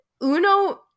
Uno